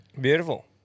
Beautiful